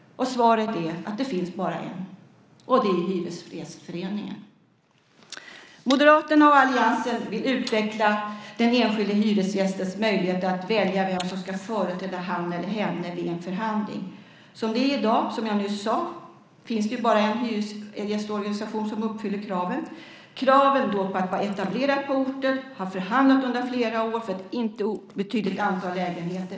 Svaret är att det finns bara en, och det är Hyresgästföreningen. Moderaterna och alliansen vill utveckla den enskilde hyresgästens möjligheter att välja vem som ska företräda honom eller henne vid en förhandling. Som det är i dag, som jag nyss sade, finns det bara en hyresgästorganisation som uppfyller kraven på att vara etablerad på orten och ha förhandlat under flera år för ett inte obetydligt antal lägenheter.